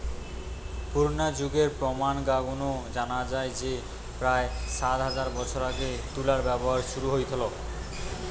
পুরনা যুগের প্রমান গা নু জানা যায় যে প্রায় সাত হাজার বছর আগে তুলার ব্যবহার শুরু হইথল